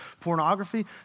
Pornography